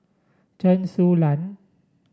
Chen Su Lan